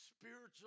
Spiritual